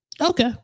Okay